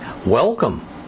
Welcome